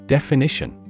Definition